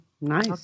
Nice